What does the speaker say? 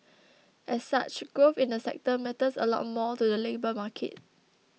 as such growth in the sector matters a lot more to the labour market